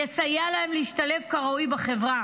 יסייע להם להשתלב כראוי בחברה.